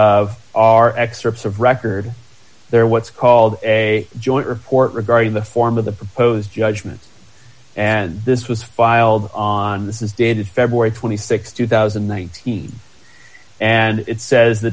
of our excerpts of record there what's called a joint report regarding the form of the proposed judgment and this was filed on this is dated february th two thousand nine hundred and it says the